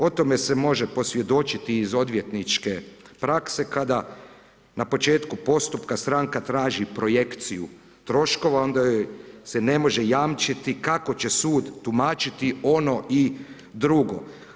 O tome se može posvjedočiti iz odvjetničke prakse, kada na početku postupka stranka traži projekciju troškova onda se ne može jamčiti kako će sud tumačiti ono i drugo.